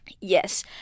Yes